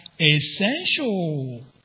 essential